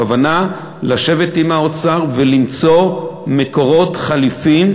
הכוונה, לשבת עם האוצר ולמצוא מקורות חליפיים,